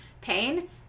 Pain